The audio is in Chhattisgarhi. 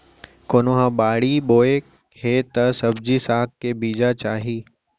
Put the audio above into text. कोनो ह बाड़ी बोए हे त सब्जी साग के बीजा चाही